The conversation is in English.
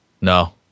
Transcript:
No